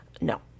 No